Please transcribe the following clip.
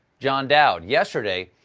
john dowd. yesterday,